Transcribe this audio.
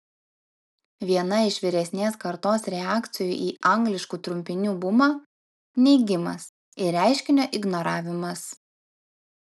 viena iš vyresnės kartos reakcijų į angliškų trumpinių bumą neigimas ir reiškinio ignoravimas